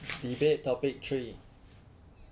debate topic three